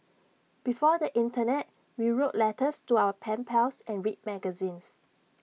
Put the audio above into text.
before the Internet we wrote letters to our pen pals and read magazines